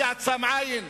מי עצם עין?